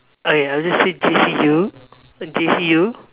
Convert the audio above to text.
okay I will just say J_C_U J_C_U